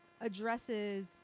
addresses